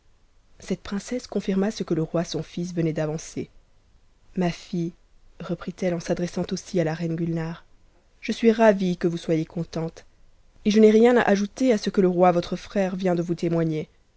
cette princesse confirma ce que te roi son fils venait d'avancer m fille reprit-elle en s'adressant aussi à la reine gulnare je suis ravie que vous soyez contente et je n'ai rien à ajouter à ce que le roi votre frère vient de vous témoigner